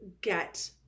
get